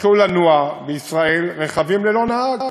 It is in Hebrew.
יתחילו לנוע בישראל רכבים ללא נהג.